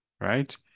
right